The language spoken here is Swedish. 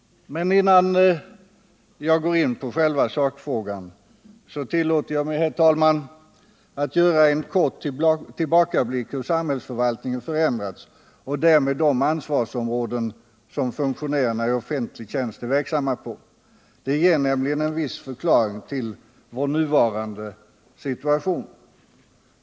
Men innan jag går in på själva sakfrågan tillåter jag mig, herr talman, att göra en kort tillbakablick över hur samhällsförvaltningen förändrats och därmed de ansvarsområden som funktionärerna i offentlig tjänst är verksamma på. Det ger nämligen en viss förklaring till vår nuvarande situation.